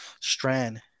strand